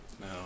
No